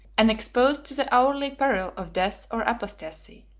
and exposed to the hourly peril of death or apostasy.